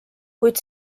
kuid